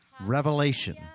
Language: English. revelation